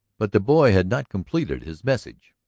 but the boy had not completed his message.